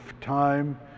time